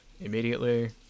immediately